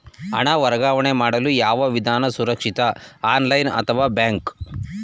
ಹಣ ವರ್ಗಾವಣೆ ಮಾಡಲು ಯಾವ ವಿಧಾನ ಸುರಕ್ಷಿತ ಆನ್ಲೈನ್ ಅಥವಾ ಬ್ಯಾಂಕ್?